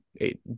eight